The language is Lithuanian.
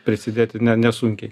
prisidėti ne nesunkiai